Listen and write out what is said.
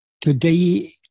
Today